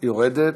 יורדת.